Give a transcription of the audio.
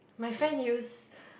my friend use